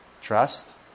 Trust